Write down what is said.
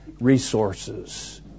resources